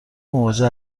مواجه